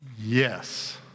Yes